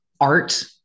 art